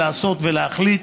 לעשות ולהחליט